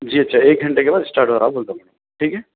جی اچھا ایک گھنٹے کے بعد اسٹارٹ ہو رہا بولتا ہوں میں ٹھیک ہے